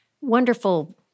wonderful